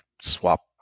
swap